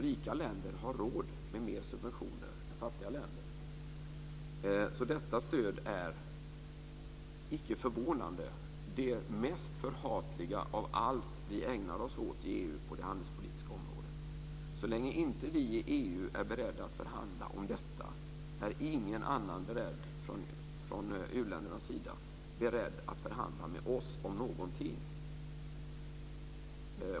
Rika länder har råd med mer subventioner än fattiga länder. Detta stöd är, icke förvånande, det mest förhatliga av allt vi ägnar oss åt i EU på det handelspolitiska området. Så länge inte vi i EU är beredda att förhandla om detta är ingen annan beredd från uländernas sida att förhandla med oss om någonting.